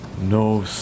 no